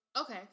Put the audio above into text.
Okay